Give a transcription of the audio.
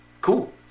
cool